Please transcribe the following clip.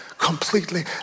completely